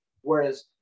whereas